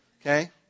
Okay